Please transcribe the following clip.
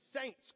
Saints